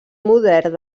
modern